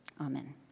Amen